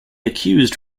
accused